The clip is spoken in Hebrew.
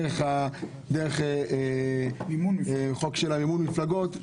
דרך חוק מימון מפלגות.